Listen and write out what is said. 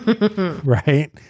Right